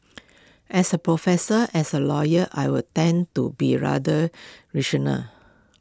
as A professor as A lawyer I would tend to be rather rational